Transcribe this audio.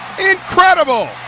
Incredible